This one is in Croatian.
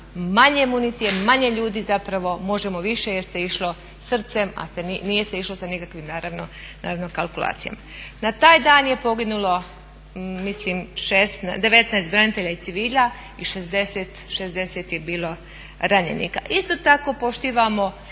manje municije, manje ljudi zapravo možemo više jer se išlo srcem, nije se išlo sa nikakvim naravno kalkulacijama. Na taj dan je poginulo mislim 19 branitelja i civila i 60 je bilo ranjenika. Isto tako poštivamo,